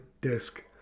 disc